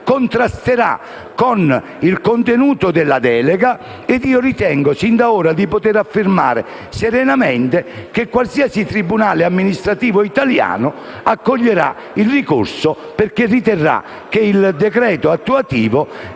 contrasterà con il contenuto della delega. Io ritengo sin d'ora di poter affermare serenamente che qualsiasi tribunale amministrativo italiano accoglierà il ricorso, perché riterrà che il decreto attuativo